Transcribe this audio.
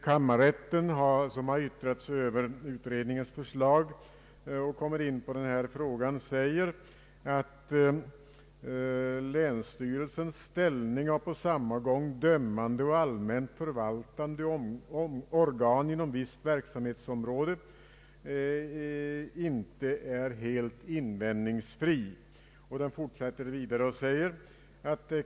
Kammarrätten, som yttrat sig över utredningens förslag, säger nämligen i denna fråga, att länsstyrelsens ställning av på samma gång dömande och allmänt förvaltande organ inom visst verksamhetsområde inte är invändningsfri.